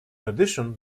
addition